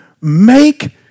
make